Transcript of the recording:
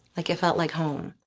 like it felt like home.